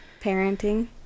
Parenting